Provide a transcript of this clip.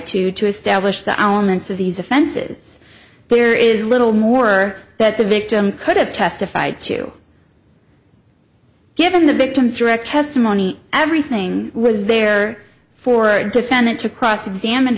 to to establish the elements of these offenses but there is little more that the victim could have testified to given the victim's direct testimony everything was there for a defendant to cross examine